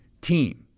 team